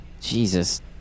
jesus